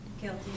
Guilty